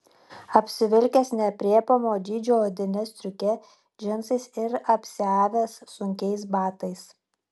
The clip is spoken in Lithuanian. apsivilkęs neaprėpiamo dydžio odine stiuke džinsais ir apsiavęs sunkiais batais